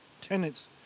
tenant's